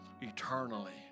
eternally